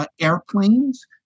airplanes